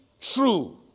true